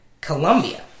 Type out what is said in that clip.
Colombia